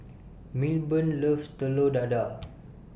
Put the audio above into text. Milburn loves Telur Dadah